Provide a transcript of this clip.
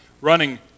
running